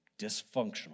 dysfunctional